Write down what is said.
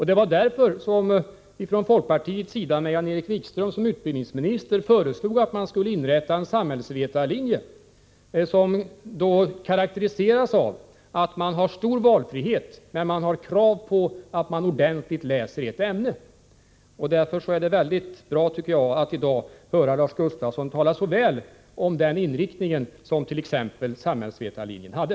Det var därför som vi från folkpartiets sida, när Jan-Erik Wikström var utbildningsminister, föreslog att man skulle inrätta en samhällsvetarlinje, som karakteriserades av stor valfrihet för de studerande tillsammans med krav på att de ordentligt skulle läsa ett ämne. Jag tycker det är bra att vi i dag har fått höra Lars Gustafsson tala så väl om den inriktning som samhällsvetarlinjen hade.